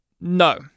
No